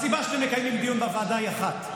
הסיבה שאתם מקיימים דיון בוועדה היא אחת,